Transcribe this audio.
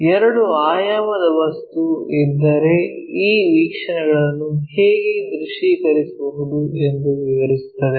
ಎರಡು ಆಯಾಮದ ವಸ್ತುಗಳು ಇದ್ದರೆ ಈ ವೀಕ್ಷಣೆಗಳನ್ನು ಹೇಗೆ ದೃಶ್ಯೀಕರಿಸುವುದು ಎಂದು ವಿವರಿಸುತ್ತದೆ